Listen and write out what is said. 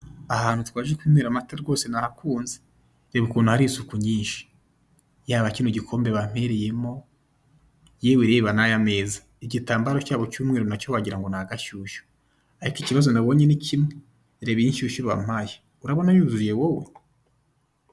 Ahantu twaje kunywera amata rwose nahakunze. Reba ukuntu hari isuku nyinshi, yaba kino gikombe bampereyemo yewe reba n'aya meza . Igitamabara cyabo cy'umweru nacyo wagira ngo ni agashyushyu ariko ikibazo nabonye ni kimwe reba iyi nshyushyu bampaye urabona yuzuye wowe?